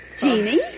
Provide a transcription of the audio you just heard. Genie